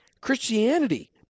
christianity